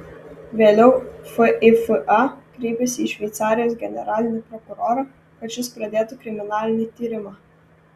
vėliau fifa kreipėsi į šveicarijos generalinį prokurorą kad šis pradėtų kriminalinį tyrimą